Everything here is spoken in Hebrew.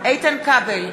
איתן כבל,